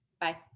Bye